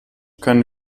können